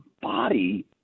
body